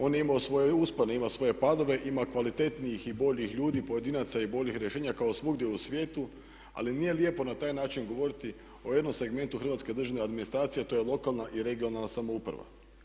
On je imao svoje uspone, ima svoje padove, ima kvalitetnijih i boljih ljudi, pojedinaca i boljih rješenja kao svugdje u svijetu ali nije lijepo na taj način govoriti o jednom segmentu hrvatske državne administracije, a to je lokalna i regionalna samouprava.